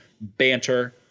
banter